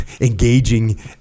engaging